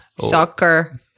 Soccer